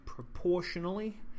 proportionally